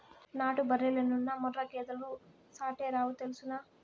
నాటు బర్రెలెన్నున్నా ముర్రా గేదెలు సాటేరావు తెల్సునా